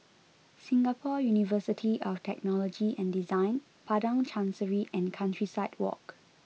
Singapore University of Technology and Design Padang Chancery and Countryside Walk